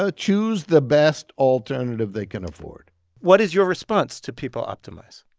ah choose the best alternative they can afford what is your response to people optimize?